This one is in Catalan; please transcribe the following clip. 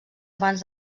abans